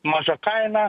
maža kaina